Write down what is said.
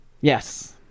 Yes